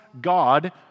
God